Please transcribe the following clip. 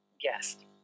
guest